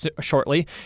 shortly